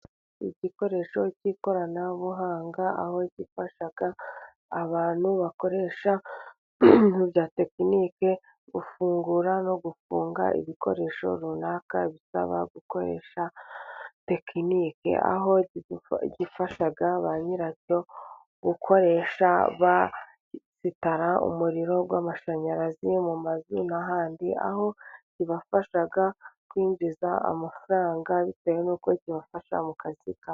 Igikoresho cy'ikoranabuhanga, aho gifasha abantu bakoresha ibintu ibya tekinike gufungura no gufunga ibikoresho runaka bisaba gukoresha tekiniiki, aho gifasha ba nyiracyo gukoresha besitara umuriro w'amashanyarazi mu mazu n'ahandi, aho kibafasha kwinjiza amafaranga bitewe n'uko kibafasha mu kazi kabo.